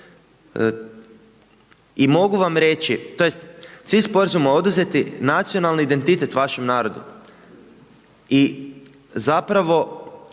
i mogu vam reći, tj. cilj sporazuma je oduzeti nacionalni identitet vašem narodu. I zapravo